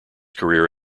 career